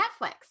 Netflix